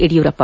Yediyurappa